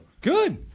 Good